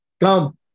come